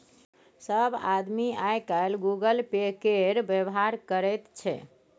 सभ आदमी आय काल्हि गूगल पे केर व्यवहार करैत छै